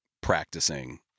practicing